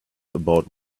about